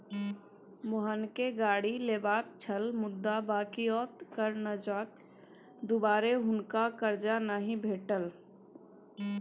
मोहनकेँ गाड़ी लेबाक छल मुदा बकिऔता करजाक दुआरे हुनका करजा नहि भेटल